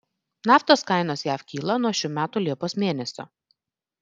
naftos kainos jav kyla nuo šių metų liepos mėnesio